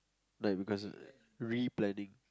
like because of replanning